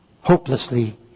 hopelessly